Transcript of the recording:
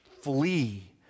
flee